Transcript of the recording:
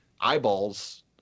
eyeballs